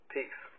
Peace